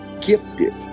gifted